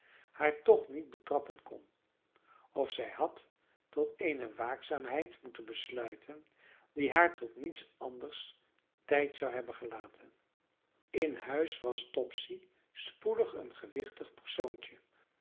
haar toch niet betrappen kon of zij had tot eene waakzaamheid moeten besluiten die haar tot niets anders tijd zou hebben gelaten in huis was topsy spoedig een gewichtig persoontje